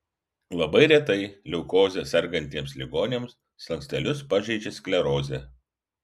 labai retai leukoze sergantiems ligoniams slankstelius pažeidžia sklerozė